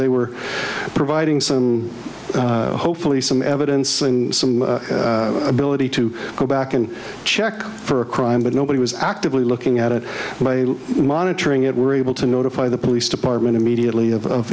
they were providing some hopefully some evidence and some ability to go back and check for a crime but nobody was actively looking at it by monitoring it were able to notify the police department immediately of